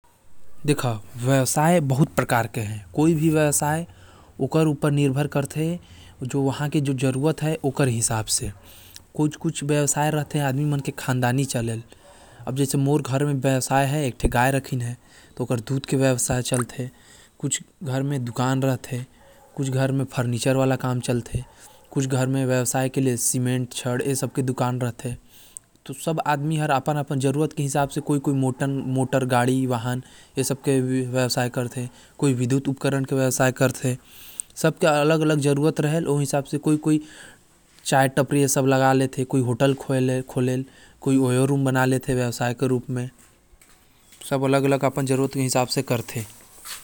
व्यवसाय कई प्रकार के होथे अउ कई व्यवसाय पारिवारिक होथे जैसे सुनार के डेरी के और कई अन्य व्यवसाय भी होथे जैसे छड़ सीमेंट, किराना, कोई एजेंसी, मोटर गाड़ी शो रूम, फोटो स्टूडियो, गिट्टी बालू आदि।